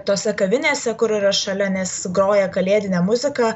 tose kavinėse kur yra šalia nes groja kalėdinė muzika